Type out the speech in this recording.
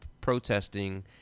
protesting